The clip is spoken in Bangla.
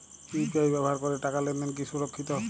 ইউ.পি.আই ব্যবহার করে টাকা লেনদেন কি সুরক্ষিত?